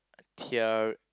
tear